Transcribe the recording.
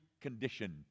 condition